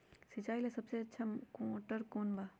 सिंचाई ला सबसे अच्छा मोटर कौन बा?